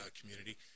community